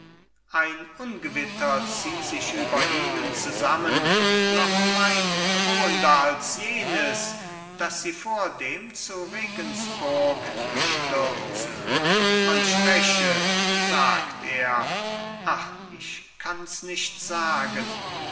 ein ungewitter zieh sich über ihnen zusammen noch weit drohender als jenes das sie vordem zu regenspurg gestürzt man spreche sagt er ach ich kanns nicht sagen